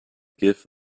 give